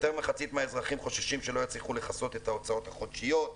יותר ממחצית מהאזרחים חוששים שלא יצליחו לכסות את ההוצאות החודשיות,